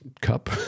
Cup